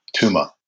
Tuma